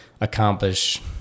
accomplish